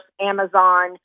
Amazon